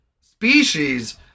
species